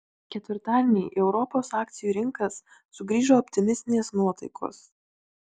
ketvirtadienį į europos akcijų rinkas sugrįžo optimistinės nuotaikos